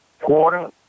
quarter